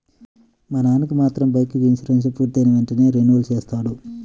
మా నాన్న మాత్రం బైకుకి ఇన్సూరెన్సు పూర్తయిన వెంటనే రెన్యువల్ చేయిస్తాడు